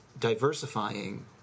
diversifying